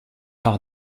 par